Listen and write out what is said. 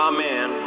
Amen